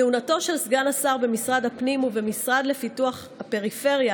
כהונתו של סגן השר במשרד הפנים ובמשרד לפיתוח הפריפריה,